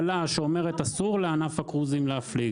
שאומרת שאסור לענף הקרוזים להפליג.